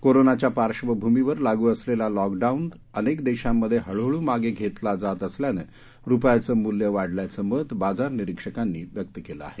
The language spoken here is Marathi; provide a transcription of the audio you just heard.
कोरोनाच्या पार्श्वभूमीवर लागू असलेला लॉकडाऊन अनेक देशांमध्ये हळूहळू मागे घेतला जात असल्यानं रुपयाचं मूल्य वाढल्याचं मत बाजार निरीक्षकांनी व्यक्त केलं आहे